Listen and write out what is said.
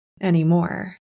anymore